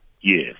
yes